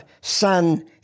son